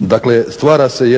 dakle, stvara se